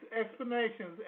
explanations